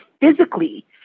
physically